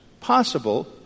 possible